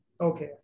Okay